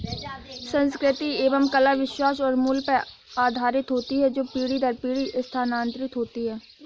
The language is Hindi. संस्कृति एवं कला विश्वास और मूल्य पर आधारित होती है जो पीढ़ी दर पीढ़ी स्थानांतरित होती हैं